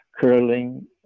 curling